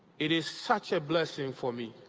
it is such a blessing for me,